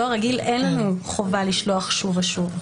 דואר רגיל אין לנו חובה לשלוח שוב ושוב.